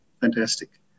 Fantastic